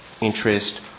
interest